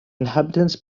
inhabitants